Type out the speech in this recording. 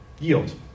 Yield